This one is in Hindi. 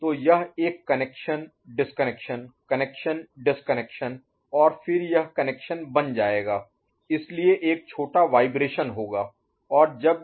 तो यह एक कनेक्शन डिसकनेक्शन कनेक्शन डिसकनेक्शन और फिर यह कनेक्शन बन जाएगा इसलिए एक छोटा वाइब्रेशन Vibration कंपन होगा